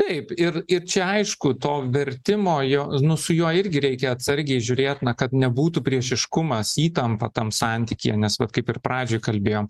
taip ir ir čia aišku to vertimo jo nu su juo irgi reikia atsargiai žiūrėt na kad nebūtų priešiškumas įtampa tam santykyje nes vat kaip ir pradžioj kalbėjom